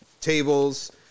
tables